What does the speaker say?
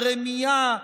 על רמייה,